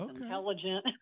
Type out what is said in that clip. intelligent